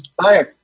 Hi